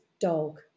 dog